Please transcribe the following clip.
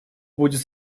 будет